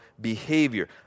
behavior